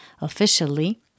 officially